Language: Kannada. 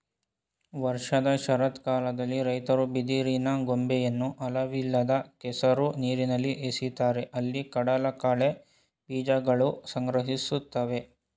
ವರ್ಷದ ಶರತ್ಕಾಲದಲ್ಲಿ ರೈತರು ಬಿದಿರಿನ ಕೊಂಬೆಯನ್ನು ಆಳವಿಲ್ಲದ ಕೆಸರು ನೀರಲ್ಲಿ ಎಸಿತಾರೆ ಅಲ್ಲಿ ಕಡಲಕಳೆ ಬೀಜಕಗಳು ಸಂಗ್ರಹಿಸ್ತವೆ